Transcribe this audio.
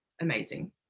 amazing